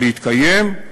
להתקיים,